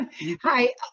Hi